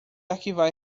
arquivar